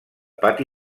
pati